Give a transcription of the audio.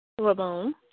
Ramon